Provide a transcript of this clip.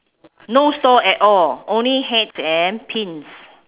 no store at all only heads and pins